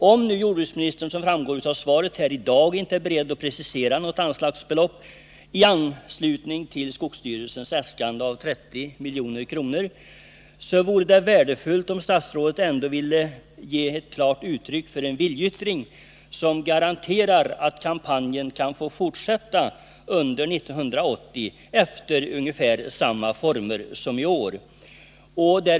Även om jordbruksministern, vilket framgår av svaret, i dag inte är beredd att precisera något anslagsbelopp i anslutning till skogsstyrelsens äskande om 30,3 milj.kr., vore det värdefullt om statsrådet ändå ville göra en klar viljeyttring, som garanterar att kampen kan få fortsätta under 1980 efter ungefär samma former som i år.